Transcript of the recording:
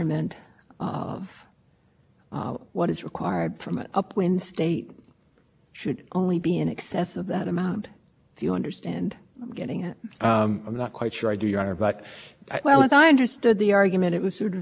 already taken into account a certain percentage of out of state pollution coming into the state that therefore any obligation on